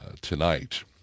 tonight